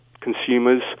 consumers